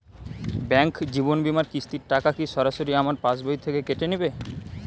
Bank জীবন বিমার কিস্তির টাকা কি সরাসরি আমার পাশ বই থেকে কেটে নিবে?